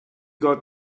got